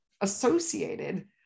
associated